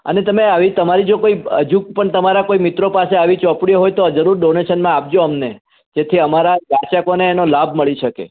અને તમે આવી તમારી જો કોઈ હજુ પણ તમારા કોઈ મિત્રો પાસે આવી ચોપડીઓ હોય તો જરૂર ડોનેશનમાં આપજો અમને જેથી અમારા વાચકોને એનો લાભ મળી શકે